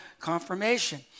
confirmation